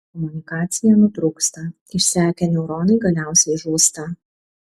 komunikacija nutrūksta išsekę neuronai galiausiai žūsta